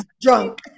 drunk